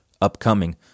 upcoming